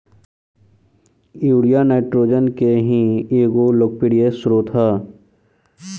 urea nitrogen के ही एगो लोकप्रिय स्रोत ह